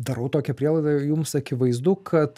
darau tokią prielaidą jums akivaizdu kad